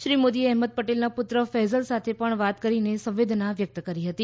શ્રી મોદીએ અહેમદ પટેલના પુત્ર ફૈઝલ સાથે વાત કરીને સંવેદના વ્યકત કરી હતી